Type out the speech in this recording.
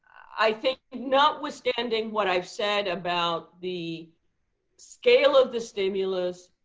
i think notwithstanding what i've said about the scale of the stimulus,